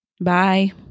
Bye